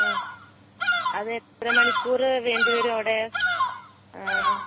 ആഅതെത്ര മണിക്കൂറ് വേണ്ടിവരും അവിടെ ആ